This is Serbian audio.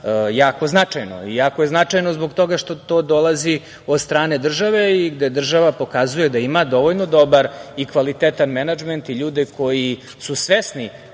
jako značajno. Jako je značajno zbog toga što to dolazi od strane države i gde država pokazuje da ima dovoljno dobar i kvalitetan menadžment i ljude koji su svesni